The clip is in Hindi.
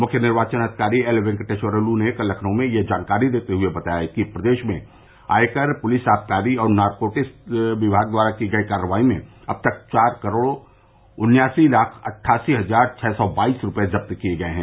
मुख्य निर्वाचन अधिकारी एल वेंकेटेश्वर लू ने कल लखनऊ में यह जानकारी देते हुए बताया कि प्रदेश में आयकर पुलिस आबकारी और नार्कोटिक्स विभाग द्वारा की गई कार्रवाई में अब तक चार करोड़ उन्यासी लाख अट्ठासी हजार छह सौ बाइस रूपये जब्त किये गये हैं